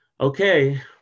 Okay